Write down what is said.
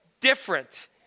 different